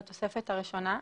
בתוספת הראשונה,